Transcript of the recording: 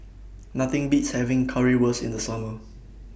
Nothing Beats having Currywurst in The Summer